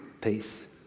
peace